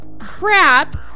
crap